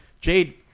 Jade